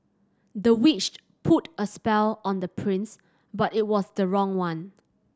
the witch put a spell on the prince but it was the wrong one